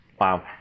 wow